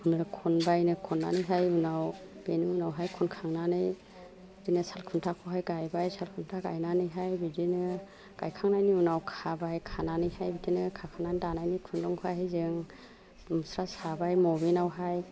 नो खनबाय नो खन्नानैहाय उनाव बेनि उनाव हाय खनखांनानै बिदिनो साल खुन्थाखौहाय गायबाय साल खुन्था गायनानैहाय बिदिनो गायखांनायनि उनाव खाबाय खानानैहाय बिदिनो खाखांनानै दानानै खुन्दुंखौहाय जों मुस्रा साबाय मबिननावहाय